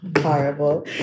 Horrible